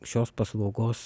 šios paslaugos